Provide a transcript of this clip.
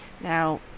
Now